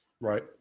Right